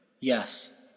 Yes